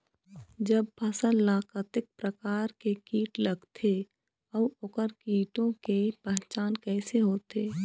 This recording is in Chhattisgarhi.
जब फसल ला कतेक प्रकार के कीट लगथे अऊ ओकर कीटों के पहचान कैसे होथे?